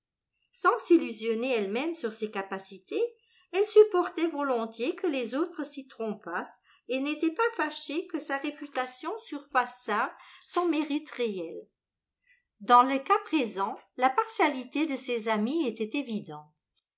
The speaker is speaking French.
sans s'illusionner elle-même sur ses capacités elle supportait volontiers que les autres s'y trompassent et n'était pas fâchée que sa réputation surpassât son mérite réel dans le cas présent la partialité de ses amis était évidente